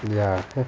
ya